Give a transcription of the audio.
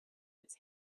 its